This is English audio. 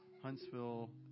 Huntsville